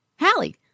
Hallie